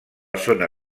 zona